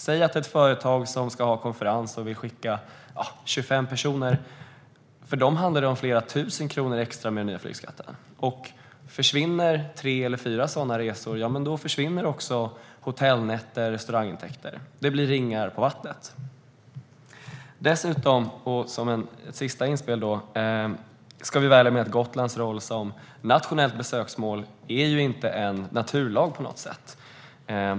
Säg att ett företag ska ha konferens och vill skicka 25 personer - för dem handlar det om flera tusen kronor extra med den nya flygskatten. Försvinner tre eller fyra sådana resor försvinner också hotellnätter och restaurangintäkter. Det blir ringar på vattnet. Dessutom, som ett sista inspel, ska vi vara ärliga med att Gotlands roll som nationellt besöksmål inte är en naturlag på något sätt.